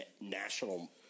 national